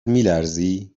میلرزی